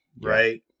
right